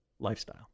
lifestyle